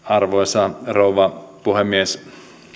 arvoisa rouva puhemies